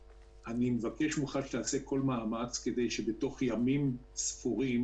ומבקש ממך שתעשה כל מאמץ כדי שבתוך ימים ספורים